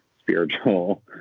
spiritual